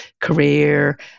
career